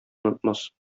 онытмас